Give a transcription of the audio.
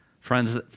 Friends